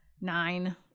Nine